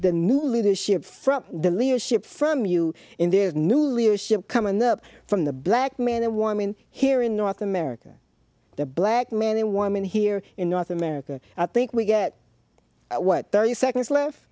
the new leadership from the leadership from you in this new leadership coming up from the black man and warming here in north america the black man and woman here in north america i think we get what are you seconds left